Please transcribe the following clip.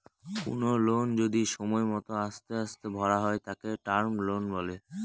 কোনো লোন যদি সময় মত আস্তে আস্তে ভরা হয় তাকে টার্ম লোন বলে